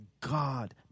God